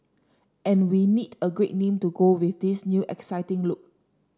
and we need a great name to go with this new exciting look